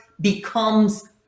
becomes